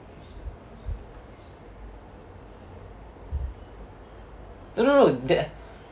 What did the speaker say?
no no no that